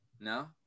no